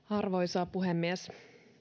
arvoisa puhemies